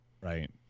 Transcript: Right